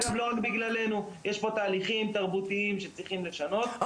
יש פה תהליכים תרבותיים שצריכים לשנות.